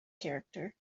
character